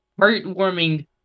Heartwarming